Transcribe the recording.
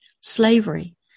slavery